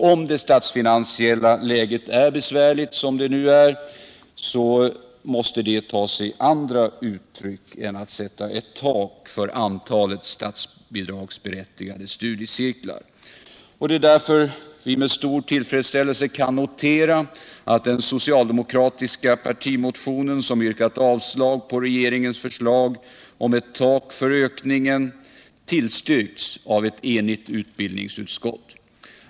Om det statsfinansiella läget är besvärligt, som det nu är, måste det ta sig andra uttryck än att man sätter ett tak för antalet statsberättigade studiecirklar. Det är med stor tillfredsställelse vi kan notera att den socialdemokratiska partimotion som yrkat avslag på regeringens förslag om ett tak för ökningen av bidragen till studiecirkelverksamheten tillstyrkts av ett enigt utbildningsutskott.